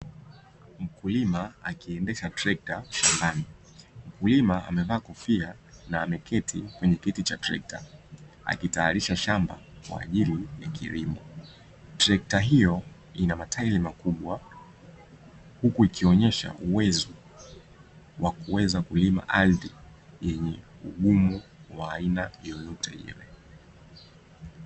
Mkulima akiendesha trekta shambani, mkulima amevaa kofia na ameketi kwenye kiti cha trekta akitayarisha shamba kwa ajili ya kilimo. Trekta hiyo ina matairi makubwa huku ikionyesha uwezo wa kuweza kulima ardhi yenye ugumu wa aina yoyote ile.